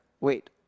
Wait